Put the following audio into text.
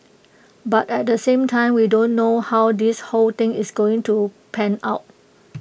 but at the same time we don't know how this whole thing is going to pan out